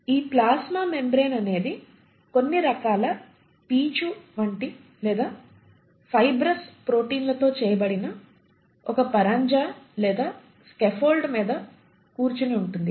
ఈ plasma membrane అనేది కొన్ని రకాల పీచు వంటి లేదా ఫైబ్రస్ ప్రోటీన్ల తో చేయబడిన ఒక పరంజా లేదా స్కేప్ఫోల్డ్ మీద కూర్చుని ఉంటుంది